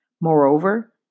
Moreover